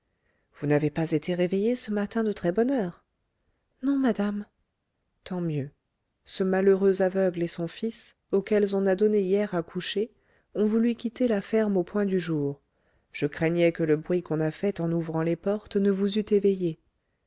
vous n'avez pas été réveillée ce matin de très-bonne heure non madame tant mieux ce malheureux aveugle et son fils auxquels on a donné hier à coucher ont voulu quitter la ferme au point du jour je craignais que le bruit qu'on a fait en ouvrant les portes ne vous eût éveillée